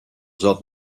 zat